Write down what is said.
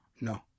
No